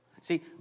See